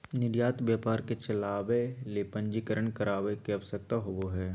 निर्यात व्यापार के चलावय ले पंजीकरण करावय के आवश्यकता होबो हइ